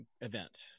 event